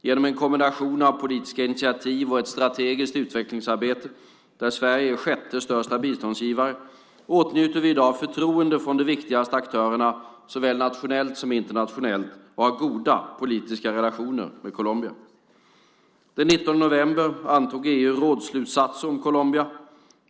Genom en kombination av politiska initiativ och ett strategiskt utvecklingssamarbete, där Sverige är sjätte största biståndsgivare, åtnjuter vi i dag förtroende från de viktigaste aktörerna, såväl nationellt som internationellt, och har goda politiska relationer med Colombia. Den 19 november antog EU rådsslutsatser om Colombia.